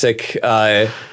classic